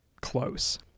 close